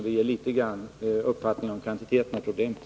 Det ger en viss uppfattning om kvantiteten av problemet.